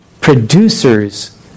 producers